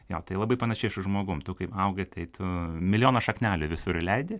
jo tai labai panašiai su žmogum tu kaip augi tai tu milijoną šaknelių visur įleidi